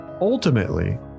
Ultimately